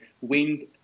wind